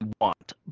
want